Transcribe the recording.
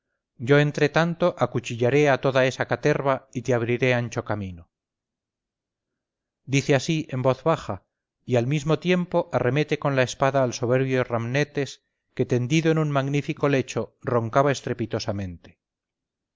yo entre tanto acuchillaré a toda esa caterva y te abriré ancho camino dice así en voz baja y al mismo tiempo arremete con la espada al soberbio ramnetes que tendido en un magnífico lecho roncaba estrepitosamente